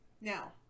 Now